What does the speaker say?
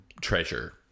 treasure